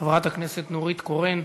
חברת הכנסת נורית קורן,